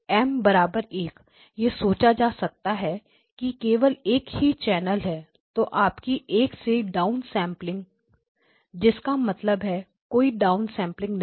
M M 1 यह सोचा जा सकता है कि केवल एक ही चैनल है तो आपकी एक से डाउनसेंपलिंग जिसका मतलब है कोई डाउनसेंपलिंग नहीं